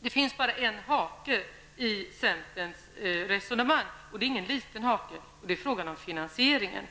Det finns bara en hake i centerns resonemang, och det är ingen liten hake. Det är frågan om finansieringen.